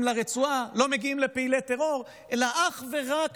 לרצועה לא מגיעים לפעילי טרור אלא אך ורק